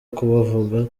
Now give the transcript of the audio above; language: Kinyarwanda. kubavuga